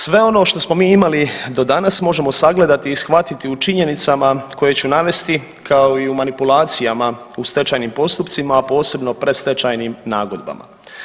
Sve ono što smo mi imali do danas možemo sagledati i shvatiti u činjenicama koje ću navesti kao i u manipulacijama u stečajnim postupcima, a posebno predstečajnim nagodbama.